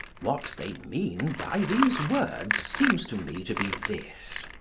what they mean by these words seems to me to be this.